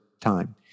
time